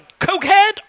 cokehead